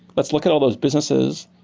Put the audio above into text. let's look at all those businesses.